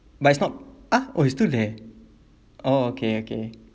but it's not ah oh it's still there oh okay okay